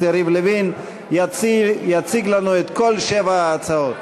יריב לוין יציג לנו את כל שבע ההצעות.